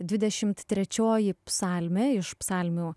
dvidešimt trečioji psalmė iš psalmių